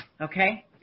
okay